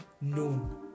known